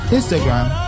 Instagram